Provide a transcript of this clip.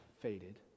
faded